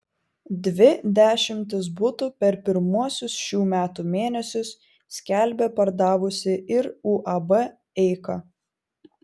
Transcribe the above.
dvi dešimtis butų per pirmuosius šių metų mėnesius skelbia pardavusi ir uab eika